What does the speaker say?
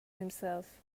himself